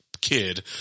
kid